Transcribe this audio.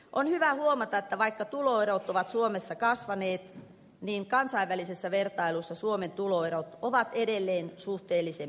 on hyvä huomata että vaikka tuloerot ovat suomessa kasvaneet niin kansainvälisessä vertailussa suomen tuloerot ovat edelleen suhteellisen pienet